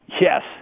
Yes